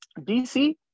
DC